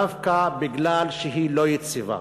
דווקא מפני שהיא לא יציבה.